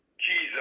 Jesus